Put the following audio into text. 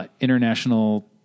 international